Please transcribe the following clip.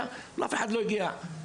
בעיה,